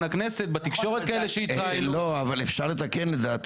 התקשורת או כאלה שהתראיינו בתקשורת.